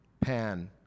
Pan